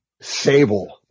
Sable